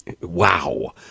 Wow